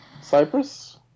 cyprus